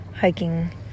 hiking